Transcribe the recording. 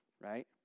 Right